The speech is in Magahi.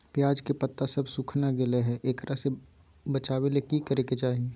प्याज के पत्ता सब सुखना गेलै हैं, एकरा से बचाबे ले की करेके चाही?